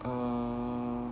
err